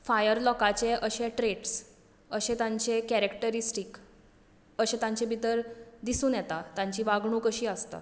fire लोकांचे अशें traits अशे तांचे कॅरॅकटरिस्टीक्स अशें तांचे भितर दिसून येता तांची वागणूक अशी आसता